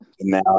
Now